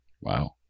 Wow